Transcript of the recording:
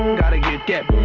gotta yeah get